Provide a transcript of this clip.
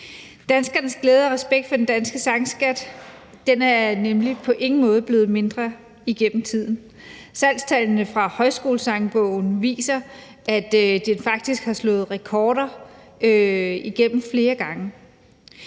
Danskernes glæde ved og respekt for den danske sangskat er nemlig på ingen måde blevet mindre igennem tiden. Salgstallene fra »Højskolesangbogen« viser faktisk, at den har slået rekorder flere gange,